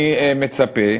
אני מצפה,